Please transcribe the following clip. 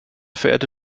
verehrte